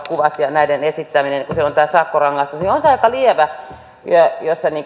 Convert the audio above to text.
kuvat ja näiden esittäminen kun siellä on tämä sakkorangaistus niin on se aika lievä jos